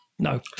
no